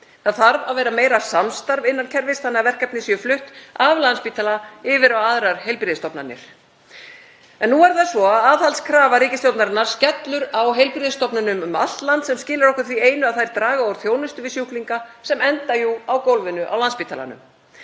Það þarf að vera meira samstarf innan kerfis þannig að verkefni séu flutt af Landspítala yfir á aðrar heilbrigðisstofnanir. En nú er það svo að aðhaldskrafa ríkisstjórnarinnar skellur á heilbrigðisstofnunum um allt land sem skilar okkur því einu að þær draga úr þjónustu við sjúklinga sem enda jú á gólfinu á Landspítalanum.